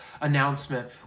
announcement